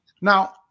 Now